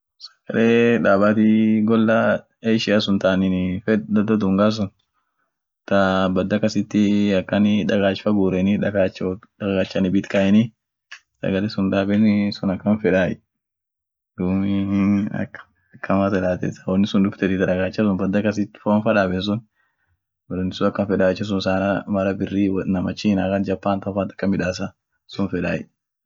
ijolle ithimenie ak wonin sunmuhimua akimatundafan muhimua won ishin hindogor dukub ishihindogor ak ishin afiya namit kanit ijolle ithimen shule nen somsiseni gara woranen itum himeni dum silate akasit wonbishia muhimu matunda hubete akasit wonyatu